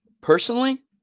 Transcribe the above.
Personally